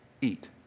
eat